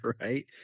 right